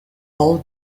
all